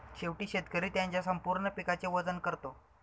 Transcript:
शेवटी शेतकरी त्याच्या संपूर्ण पिकाचे वजन करतो